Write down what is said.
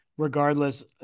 regardless